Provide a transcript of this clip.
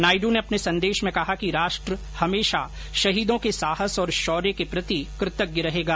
नायडु ने अपने संदेश में कहा कि राष्ट्र हमेशा शहीदों के साहस और शौर्य के प्रति कृतज्ञ रहेगा